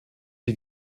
die